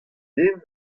den